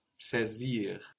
saisir